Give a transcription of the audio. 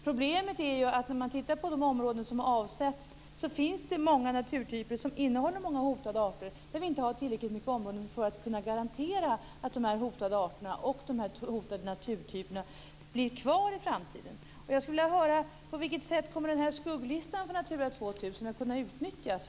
Problemen med de områden som har avsatts är att det finns många naturtyper som innehåller många hotade arter där det inte finns tillräckligt stora områden för att vi ska kunna garantera att de hotade arterna och naturtyperna blir kvar i framtiden. Jag skulle vilja höra: På vilket sätt kommer skugglistan för Natura 2000 att kunna utnyttjas?